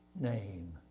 name